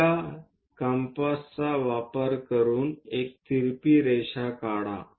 आपल्या कंपासचा वापर करून एक तिरपी रेषा काढा